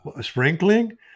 Sprinkling